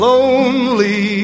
Lonely